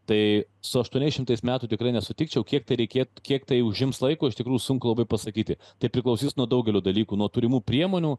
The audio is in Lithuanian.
tai su aštuoniais šimtais metų tikrai nesutikčiau kiek reikėt kiek tai užims laiko iš tikrųjų sunku pasakyti tai priklausys nuo daugelio dalykų nuo turimų priemonių